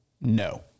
No